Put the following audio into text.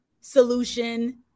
solution